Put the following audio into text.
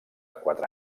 quatre